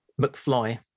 mcfly